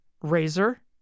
Razor